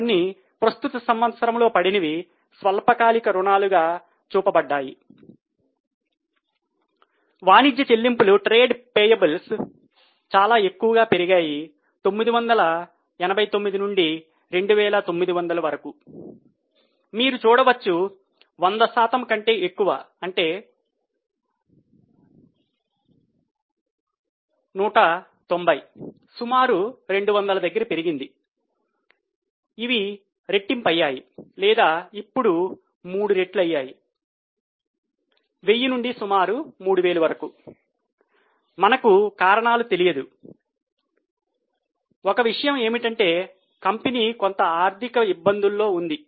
కొన్ని ప్రస్తుత సంవత్సరంలో పడినవి స్వల్పకాలిక రుణాలు గా చూపబడతాయి